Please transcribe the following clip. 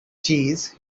cheese